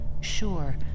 Sure